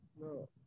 No